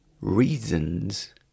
Reasons